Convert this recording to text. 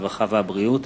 הרווחה והבריאות